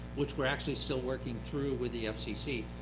which we're actually still working through with the fcc,